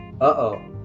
Uh-oh